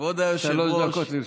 דקות לרשותך.